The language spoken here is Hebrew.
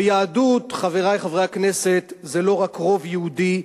ויהדות, חברי חברי הכנסת, זה לא רק רוב יהודי.